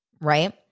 Right